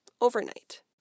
overnight